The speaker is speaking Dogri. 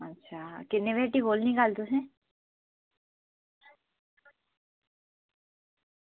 अच्छा किन्ने बजे हट्टी खोल्लनी तुसें